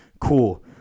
Cool